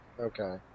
Okay